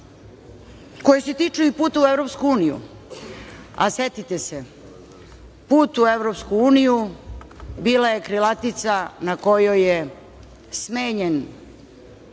koje se tiču i puta u Evropsku uniju, a setite se, put u Evropsku uniju bila je krilatica na kojoj je smenjen,